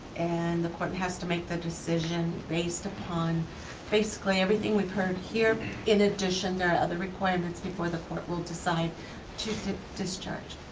and the court has to make the decision based upon basically we've heard here in addition to other requirements before the court will decide to to discharge.